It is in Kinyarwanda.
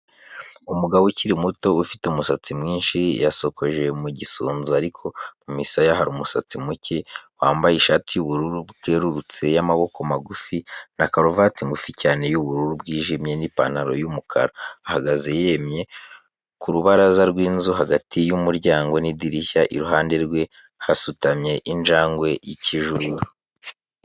Umugabo ukiri muto, ufite umusatsi mwinshi yasokoje mu gisunzu ariko mu misaya hari umusatsi muke, wambaye ishati y'ubururu bwerurutse y'amaboko magufi na karuvati ngufi cyane y'ubururu bwijime n'ipantaro y'umukara, ahagaze yemye, ku rubaraza rw'inzu hagati y'umuryango n'idirishya, iruhande rwe hasutamye injangwe y'ikijuju.